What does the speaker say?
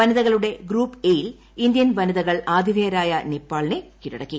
വനിതകളുടെ group A യിൽ Indian വനിതകൾ ആതിഥേയരായ നേപ്പാളിനെ കീഴടക്കി